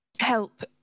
help